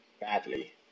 badly